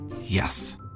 Yes